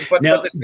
Now